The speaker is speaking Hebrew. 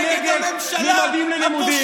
תצביע נגד ממדים ללימודים.